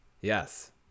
Yes